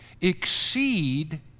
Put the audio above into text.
exceed